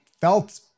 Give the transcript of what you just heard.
felt